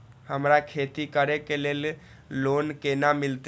हमरा खेती करे के लिए लोन केना मिलते?